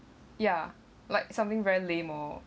ya like something very lame oh